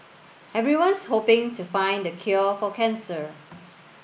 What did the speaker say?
everyone's hoping to find the cure for cancer